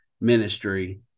ministry